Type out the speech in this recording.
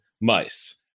mice